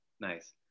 Nice